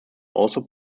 also